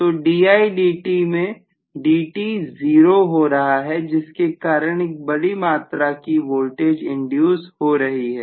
तो didt में dt 0 हो रहा है जिसके कारण एक बड़ी मात्रा की वोल्टेज इंड्यूस हो रही है